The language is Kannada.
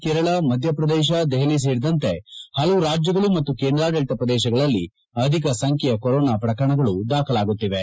ಕೇರಳ ಮಧ್ಯಪ್ರದೇಶ ದೆಹಲಿ ಸೇರಿದಂತೆ ಹಲವು ರಾಜ್ಯಗಳು ಮತ್ತು ಕೇಯಾಡಳಿತ ಪ್ರದೇಶಗಳಲ್ಲಿ ಅಧಿಕ ಸಂಖ್ಯೆಯ ಕೊರೋನಾ ಪ್ರಕರಣಗಳು ದಾಖಲಾಗುತ್ತಿವೆ